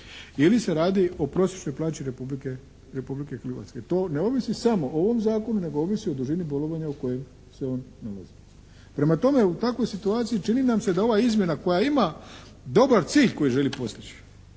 ili se radi o prosječnoj plaći Republike Hrvatske. To ne ovisi samo o ovom zakonu nego ovisi o dužini bolovanja na kojem se on nalazi. Prema tome, u takvoj situaciji čini nam se da ova izmjena koja ima dobar cilj koji želi postići